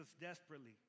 desperately